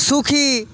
সুখী